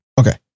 Okay